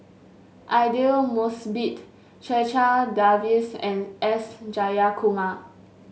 Aidli Mosbit Checha Davies and S Jayakumar